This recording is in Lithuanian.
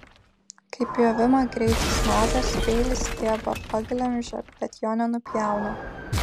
kai pjovimo greitis mažas peilis stiebą paglemžia bet jo nenupjauna